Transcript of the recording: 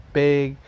big